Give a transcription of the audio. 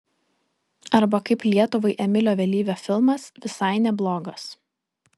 arba kaip lietuvai emilio vėlyvio filmas visai neblogas